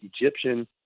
Egyptian